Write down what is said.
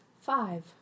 Five